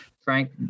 Frank